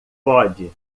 pode